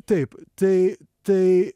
taip tai tai